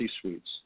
suites